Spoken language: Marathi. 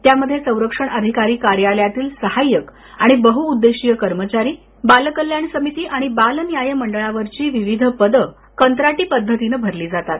त्यामध्ये संरक्षण अधिकारी कार्यालयातील सहाय्यक आणि बहुउद्देशीय कर्मचारी बालकल्याण समिती आणि बाल न्याय मंडळावरील विविध पद कंत्राटी पद्धतीने भरली जातात